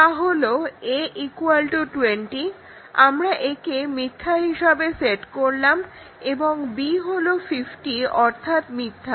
তা হলো a 20 আমরা একে মিথ্যা হিসাবে সেট করলাম এবং b হলো 50 অর্থাৎ মিথ্যা